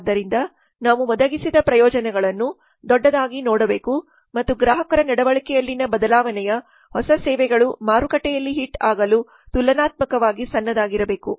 ಆದ್ದರಿಂದ ನಾವು ಒದಗಿಸಿದ ಪ್ರಯೋಜನಗಳನ್ನು ದೊಡ್ಡದಾಗಿ ನೋಡಬೇಕು ಮತ್ತು ಗ್ರಾಹಕರ ನಡವಳಿಕೆಯಲ್ಲಿನ ಬದಲಾವಣೆಯು ಹೊಸ ಸೇವೆಗಳು ಮಾರುಕಟ್ಟೆಯಲ್ಲಿ ಹಿಟ್ ಆಗಲು ತುಲನಾತ್ಮಕವಾಗಿ ಸಣ್ಣದಾಗಿರಬೇಕು